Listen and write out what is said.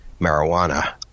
marijuana